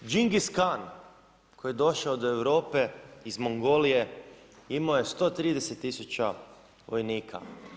Džingis-kan koji je došao do Europe iz Mongolije imao je 130 000 vojnika.